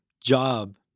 job